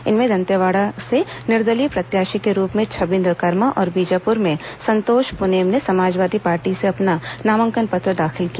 इनमें दंतेवाड़ा से निर्दलीय प्रत्याशी के रूप में छबिन्द्र कर्मा और बीजापुर में संतोष पुनेम ने समाजवादी पार्टी से अपना नामांकन पत्र दाखिल किया